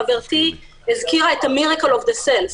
חברתי הזכירה את ה miracle of the cells,